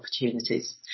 opportunities